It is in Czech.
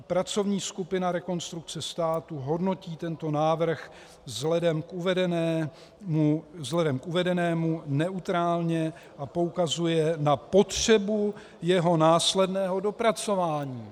Pracovní skupina Rekonstrukce státu hodnotí tento návrh vzhledem k uvedenému neutrálně a poukazuje na potřebu jeho následného dopracování.